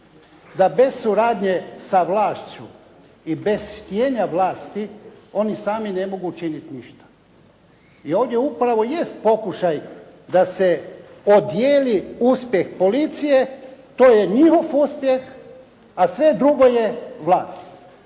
da bez suradnje sa vlašću i bez htjenja vlasti oni sami ne mogu učini ništa. I ovdje upravo jest pokušaj da se odijeli uspjeh policije, to je njihov uspjeh a sve drugo je vlast.